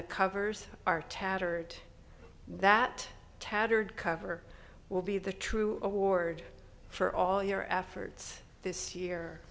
the covers are tattered that tattered cover will be the true award for all your efforts this year